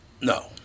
No